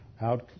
out